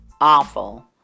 awful